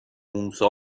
موسی